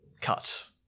cut